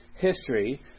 history